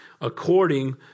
according